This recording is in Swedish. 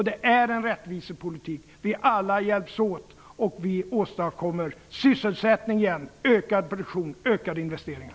Det är en rättvisepolitik. Vi alla hjälps åt, och vi åstadkommer sysselsättning, ökad produktion, ökade investeringar.